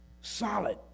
solid